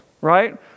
right